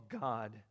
God